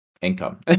income